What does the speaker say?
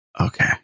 Okay